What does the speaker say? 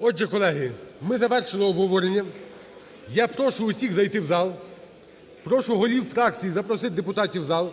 Отже, колеги, ми завершили обговорення. Я прошу усіх зайти в зал, прошу голів фракцій запросити депутатів в зал,